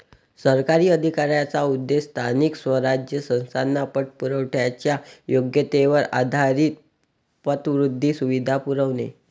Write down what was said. सरकारी अधिकाऱ्यांचा उद्देश स्थानिक स्वराज्य संस्थांना पतपुरवठ्याच्या योग्यतेवर आधारित पतवृद्धी सुविधा पुरवणे